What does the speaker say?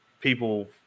people